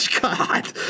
God